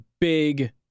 big